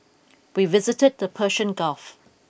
we visited the Persian Gulf